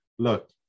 Look